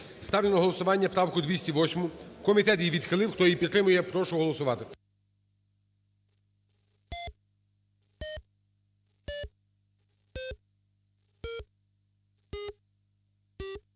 Ставлю на голосування правку 208. Комітет її відхилив. Хто її підтримує, прошу голосувати.